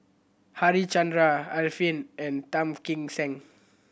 Harichandra Arifin and Tan Kim Seng